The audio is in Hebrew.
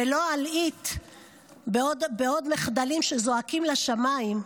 ולא אלעיט בעוד מחדלים שזועקים לשמיים,